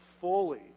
fully